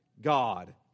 God